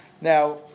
Now